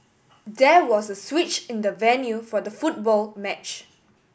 there was a switch in the venue for the football match